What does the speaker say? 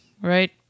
right